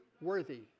worthy